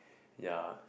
ya